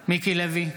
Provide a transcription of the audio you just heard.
בהצבעה מיקי לוי,